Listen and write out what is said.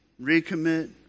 recommit